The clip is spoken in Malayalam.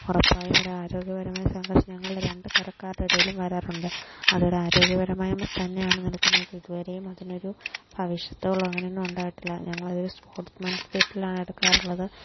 ഉറപ്പായും ഒരാരോഗ്യപരമായ സംഘർഷം ഞങ്ങളുടെ രണ്ടു കരക്കാരുടെ ഇടയിലും വരാറുണ്ട് അതൊരാരോഗ്യപരമായി തന്നെയാണ് നിൽക്കുന്നത് ഇതുവരെയും അതിനൊരു ഭവിഷത്തുക്കളോ അങ്ങനെയൊന്നും ഉണ്ടായിട്ടില്ല ഞങ്ങളതൊരു സ്പോർട്സ് മാൻ സ്പിരിറ്റിലാണ് എടുക്കാറുള്ളത്